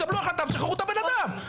קבלו החלטה ותשחררו את הבן אדם.